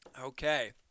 Okay